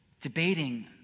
debating